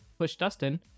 PushDustin